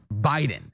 Biden